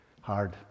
hard